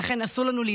ולכן אסור לנו,